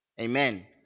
Amen